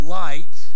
light